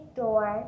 door